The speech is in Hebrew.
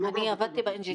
אני לא גר בתל אביב.